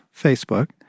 Facebook